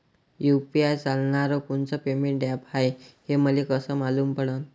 UPI चालणारं कोनचं payment app हाय, हे मले कस मालूम पडन?